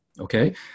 Okay